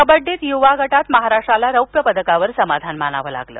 कब्रड्डीत युवा गटात महाराष्ट्राला रौप्यपदकावर समाधान मानावं लागलं